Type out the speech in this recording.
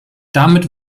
damit